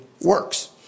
works